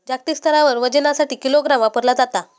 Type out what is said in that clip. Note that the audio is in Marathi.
जागतिक स्तरावर वजनासाठी किलोग्राम वापरला जाता